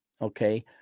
Okay